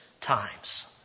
times